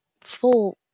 full